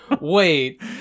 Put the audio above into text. Wait